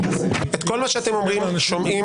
את כל מה שאתם אומרים שומעים,